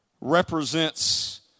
represents